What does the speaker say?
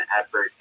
effort